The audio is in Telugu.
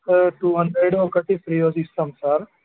టూ హండ్రెడు ఒకటి ఫ్రీగా ఇస్తాం సార్